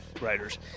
writers